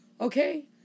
Okay